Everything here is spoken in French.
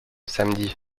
samedi